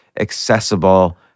accessible